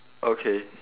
okay